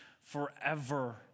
forever